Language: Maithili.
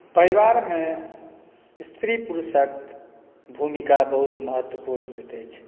परिवारमे स्त्री पुरुषक भूमिका बहुत महत्वपूर्ण होइत अछि